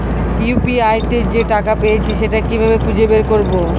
UPI তে যে টাকা পেয়েছি সেটা কিভাবে খুঁজে বের করবো?